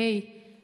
ומלהיטה אותנו,